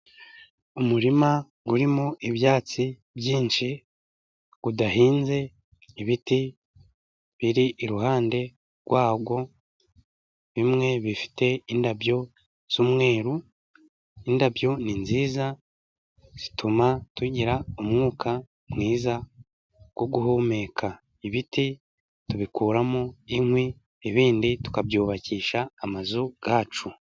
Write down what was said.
Umurima urimo ibyatsi byinshi udahinze, ibiti biri iruhande rwawo, bimwe bifite indabyo z'umweruru, indabyo ni nziza zituma tugira umwuka mwiza wo guhumeka. Ibiti tubikuramo inkwi, ibindi tukabyubakisha amazu yacu.